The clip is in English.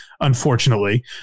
unfortunately